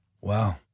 Wow